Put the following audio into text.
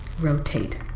rotate